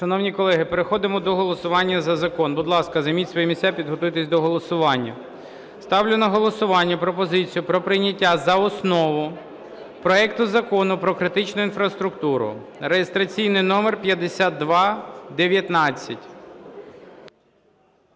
Шановні колеги, переходимо до голосування за закон. Будь ласка, займіть свої місця, підготуйтесь до голосування. Ставлю на голосування пропозицію про прийняття за основу проекту Закону критичну інфраструктуру (реєстраційний номер 5219).